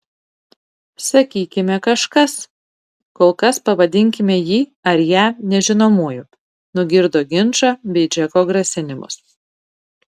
sakykime kažkas kol kas pavadinkime jį ar ją nežinomuoju nugirdo ginčą bei džeko grasinimus